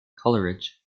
coleridge